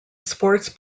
sports